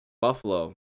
Buffalo